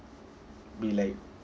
be like